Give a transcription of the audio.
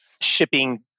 shipping